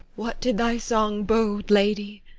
what did thy song bode, lady?